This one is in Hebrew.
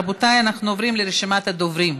רבותיי, אנחנו עוברים לרשימת הדוברים.